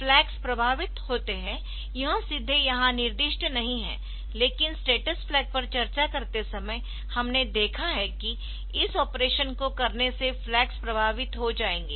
flags प्रभावित होते है यह सीधे यहां निर्दिष्ट नहीं हैलेकिन स्टेटस फ्लैग पर चर्चा करते समय हमने देखा है कि इस ऑपरेशन को करने से फ्लैग्स प्रभावित हो जाएंगे